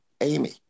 Amy